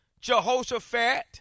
Jehoshaphat